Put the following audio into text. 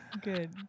good